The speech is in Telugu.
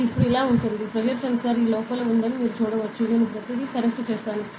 ఇది ఇప్పుడు ఇలా ఉంది ప్రెజర్ సెన్సార్ ఈ లోపల ఉందని మీరు చూడవచ్చు మరియు నేను ప్రతిదీ కనెక్ట్ చేసాను